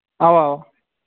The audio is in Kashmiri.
اَوا اَوا